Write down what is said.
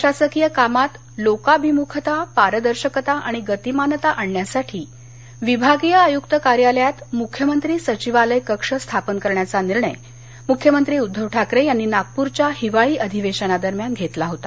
प्रशासकीय कामात लोकाभिमुखता पारदर्शकता आणि गतिमानता आणण्यासाठी विभागीय आयुक्त कार्यालयात मुख्यमंत्री सचिवालय कक्ष स्थापन करण्याचा निर्णय मुख्यमंत्री उद्धव ठाकरे यांनी नागपूरच्या हिवाळी अधिवेशनादरम्यान घेतला होता